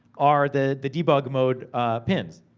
are the the debug-mode pins.